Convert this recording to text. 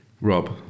Rob